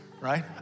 right